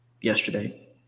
yesterday